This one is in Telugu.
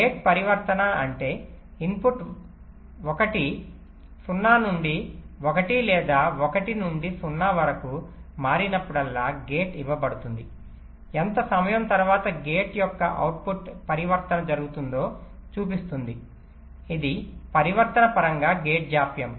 గేట్ పరివర్తన అంటే ఇన్పుట్ ఒకటి 0 నుండి 1 లేదా 1 నుండి 0 వరకు మారినప్పుడల్లా గేట్ ఇవ్వబడుతుంది ఎంత సమయం తరువాత గేట్ యొక్క అవుట్పుట్ పరివర్తన జరుగుతుందో చూపిస్తుంది ఇది పరివర్తన పరంగా గేట్ జాప్యం